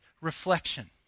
reflection